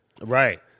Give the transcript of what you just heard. Right